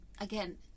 again